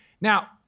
Now